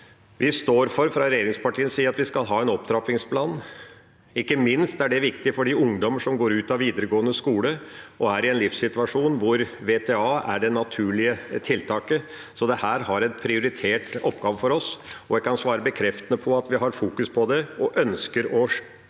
tar opp. Fra regjeringspartienes side står vi for at vi skal ha en opptrappingsplan. Ikke minst er det viktig for de ungdommene som går ut av videregående skole og er i en livssituasjon hvor VTA er det naturlige tiltaket. Dette er en prioritert oppgave for oss, og jeg kan svare bekreftende på at vi fokuserer på det og ønsker å øke